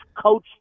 coach